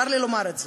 צר לי לומר את זה.